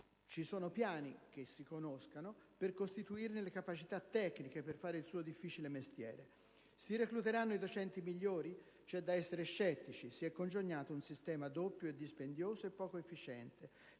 ci sono piani (che si conoscano) per costituirne le capacità tecniche per fare il suo difficile mestiere. Si recluteranno i docenti migliori? C'è da essere scettici: si è congegnato un sistema doppio, dispendioso e poco efficiente.